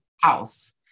house